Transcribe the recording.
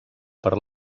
per